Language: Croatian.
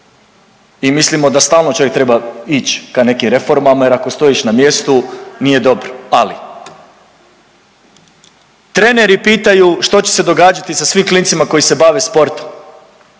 i mislimo da stalno čovjek treba ići ka nekim reformama jer ako stojiš na mjestu nije dobro. Ali treneri pitaju što će se događati sa svim klincima koji se bave sportom,